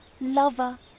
lover